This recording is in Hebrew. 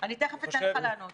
אני תיכף אתן לך לענות.